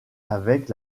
avec